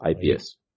IPS